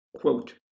quote